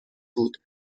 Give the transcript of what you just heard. بود